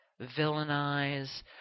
villainize